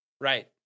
Right